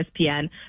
ESPN